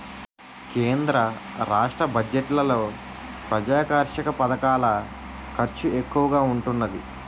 కేంద్ర రాష్ట్ర బడ్జెట్లలో ప్రజాకర్షక పధకాల ఖర్చు ఎక్కువగా ఉంటున్నాది